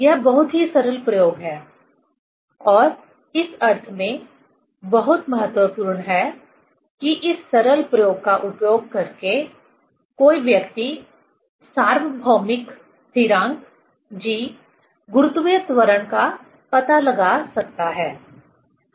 यह बहुत ही सरल प्रयोग है और इस अर्थ में बहुत महत्वपूर्ण है कि इस सरल प्रयोग का उपयोग करके कोई व्यक्ति सार्वभौमिक स्थिरांक g गुरुत्वीय त्वरण का पता लगा सकता है